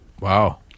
Wow